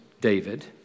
David